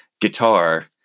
guitar